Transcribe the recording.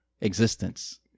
existence